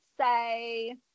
say